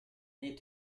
need